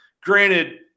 granted